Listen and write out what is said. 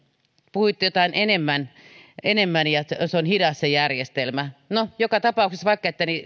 puhuitte jotain enemmän enemmän ja että se järjestelmä on hidas no joka tapauksessa vaikka ette niin